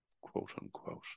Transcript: quote-unquote